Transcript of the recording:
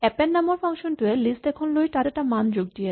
append নামৰ function টোৱে list এখন লৈ তাত এটা মান যোগ দিয়ে